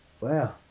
Wow